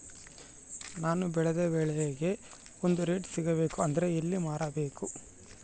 ನಾನು ಬೆಳೆದ ಬೆಳೆಗೆ ಒಳ್ಳೆ ರೇಟ್ ಸಿಗಬೇಕು ಅಂದ್ರೆ ಎಲ್ಲಿ ಮಾರಬೇಕು?